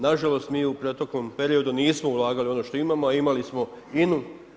Na žalost mi u proteklom periodu nismo ulagali u ono što imamo, a imali smo INA-u.